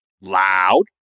loud